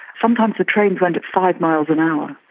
sometimes the trains went at five miles an hour,